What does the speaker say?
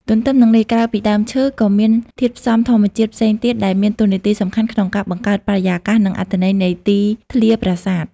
ទទ្ទឹមនឹងនេះ ក្រៅពីដើមឈើ ក៏មានធាតុផ្សំធម្មជាតិផ្សេងទៀតដែលមានតួនាទីសំខាន់ក្នុងការបង្កើតបរិយាកាស និងអត្ថន័យនៃទីធ្លាប្រាសាទ។